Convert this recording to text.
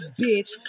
bitch